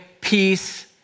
peace